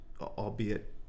albeit